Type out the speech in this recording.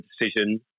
decision